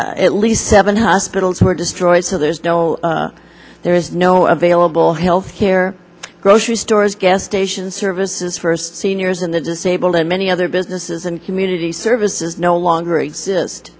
at least seven hospitals were destroyed so there's no there is no available healthcare grocery stores gas stations services first seniors and the disabled and many other businesses and community services no longer exist